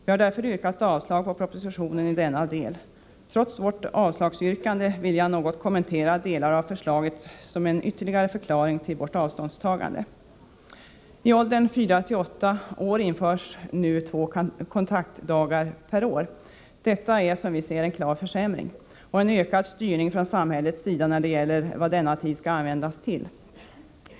Vi har därför yrkat avslag på propositionen i denna del. Trots vårt avslagsyrkande vill jag något kommentera delar av förslaget, som en ytterligare förklaring till vårt avståndstagande. För barn i åldern fyra-åtta år införs nu två kontaktdagar per år. Detta är, som vi ser, en klar försämring, och det innebär en ökad styrning från samhällets sida när det gäller vad denna tid skall användas till.